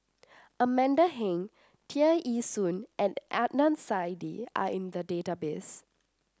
Amanda Heng Tear Ee Soon and Adnan Saidi are in the database